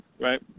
right